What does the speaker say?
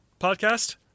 podcast